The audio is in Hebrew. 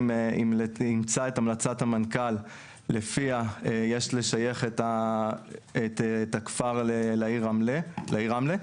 אימצה את המלצת המנכ"ל לפיה יש לשייך את הכפר לעיר רמלה.